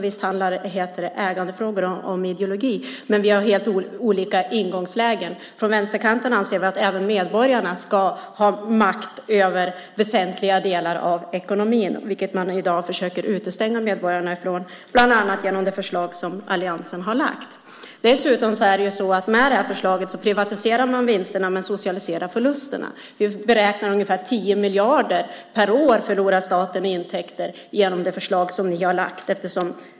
Visst handlar ägandefrågor om ideologi, men vi har helt olika ingångslägen. Från vänsterkanten anser vi att även medborgarna ska ha makt över väsentliga delar av ekonomin. Det försöker man i dag utestänga medborgarna från, bland annat genom det förslag som alliansen har lagt fram. Med det här förslaget privatiserar man vinsterna men socialiserar förlusterna. Vi beräknar att staten förlorar ungefär 10 miljarder per år i intäkter genom det förslag som ni har lagt fram.